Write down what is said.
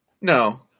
No